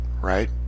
Right